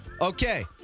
Okay